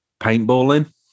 paintballing